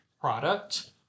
product